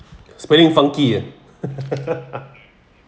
spelling funky ah